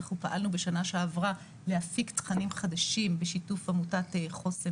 אנחנו פעלנו בשנה שעברה להפיק תכנים חדשים בשיתוף עמותת חוסן,